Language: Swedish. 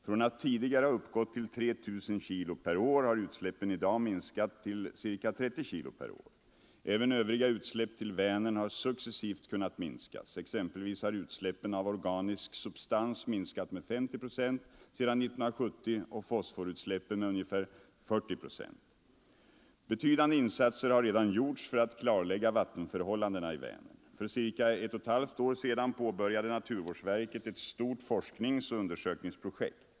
Från att tidigare ha uppgått till 3 000 kg per år har utsläppen i dag minskats till ca 30 kg per år. Även övriga utsläpp till Vänern har successivt kunnat minskas. Exempelvis har utsläppen av organisk substans minskat med 50 procent sedan 1970 och fosforutsläppen med ungefär 40 procent. Betydande insatser har redan gjorts för att klarlägga vattenförhållandena i Vänern. För ca ett och ett halvt år sedan påbörjade naturvårdsverket ett stort forskningsoch undersökningsprojekt.